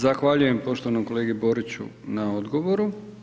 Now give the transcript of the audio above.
Zahvaljujem poštovanom kolegi Boriću na odgovoru.